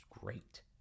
great